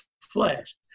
flesh